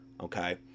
okay